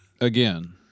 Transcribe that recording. again